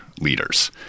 leaders